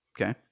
okay